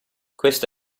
questo